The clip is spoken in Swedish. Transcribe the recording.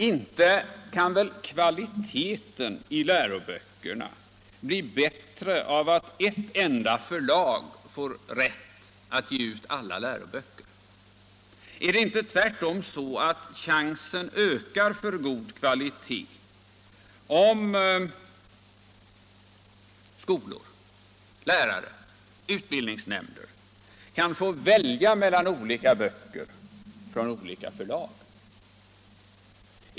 Inte kan väl kvaliteten i läroböckerna bli bättre av att ett enda förlag får rätt att ge ut alla läroböcker. Är det inte tvärtom så att chansen för god kvalitet ökar om skolor, lärare och utbildningsnämnder kan få välja mellan olika böcker från olika förlag?